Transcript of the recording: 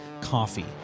coffee